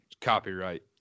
Copyright